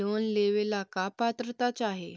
Loan लेवेला का पात्रता चाही?